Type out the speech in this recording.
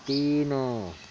तीन